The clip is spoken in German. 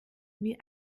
wie